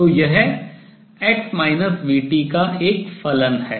तो यह x v t का एक फलन है